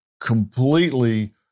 completely